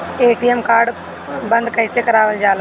ATM card बन्द कईसे करावल जाला?